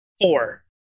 Four